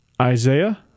Isaiah